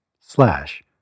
slash